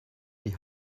die